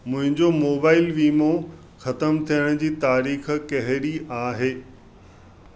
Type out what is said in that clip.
मुंहिंजो मोबाइल वीमो ख़तम थियण जी तारीख़ कहिड़ी आहे